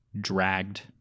dragged